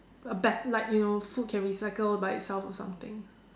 a bet~ like you know food can recycle by itself or something